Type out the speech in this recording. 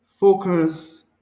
Focus